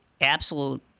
absolute